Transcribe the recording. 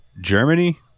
Germany